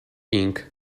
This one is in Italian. inc